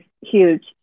huge